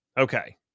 Okay